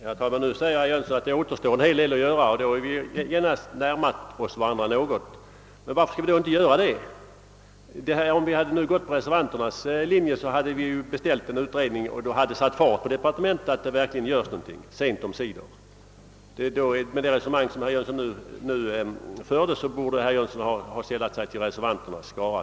Herr talman! Herr Jönsson i Malmö säger nu att det återstår en hel del att göra, och då har vi genast närmat oss varandra något. Om vi hade gått på reservanternas linje, hade vi beställt en utredning och därigenom satt fart på departementet så att något verkligen görs, sent omsider. Med det resonemang som herr Jönsson nu för borde herr Jönsson i stället ha sällat sig till reservanternas skara.